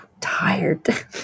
tired